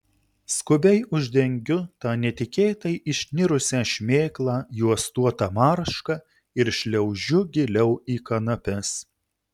skubiai uždengiu tą netikėtai išnirusią šmėklą juostuota marška ir šliaužiu giliau į kanapes